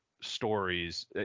stories